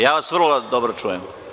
Ja vas vrlo dobro čujem.